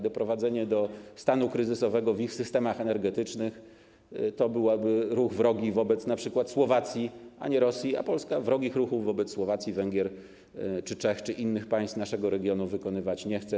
Doprowadzenie do stanu kryzysowego w ich systemach energetycznych to byłby ruch wrogi wobec np. Słowacji, a nie Rosji, a Polska wrogich ruchów wobec Słowacji, Węgier, Czech czy innych państw naszego regionu wykonywać nie chce.